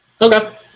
Okay